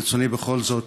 ברצוני בכל זאת